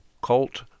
colt